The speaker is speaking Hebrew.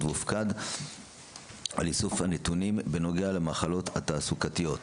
והופקד על איסוף הנתונים בנוגע למחלות התעסוקתיות.